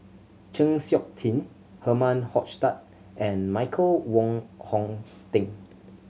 Chng Seok Tin Herman Hochstadt and Michael Wong Hong Teng